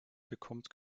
bekommt